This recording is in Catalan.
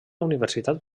universitat